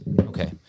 Okay